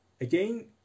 Again